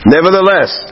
Nevertheless